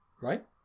right